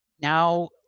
now